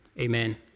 Amen